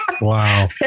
Wow